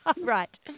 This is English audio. Right